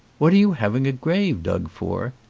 what are you having a grave dug for?